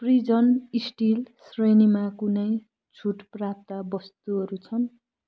pigeon steel श्रेणीमा कुनै छुट प्राप्त वस्तुहरू छन्